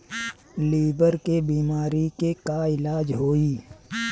Liver के बीमारी के का इलाज होई?